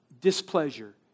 displeasure